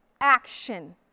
action